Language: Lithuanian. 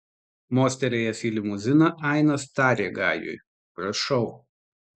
mostelėjęs į limuziną ainas tarė gajui prašau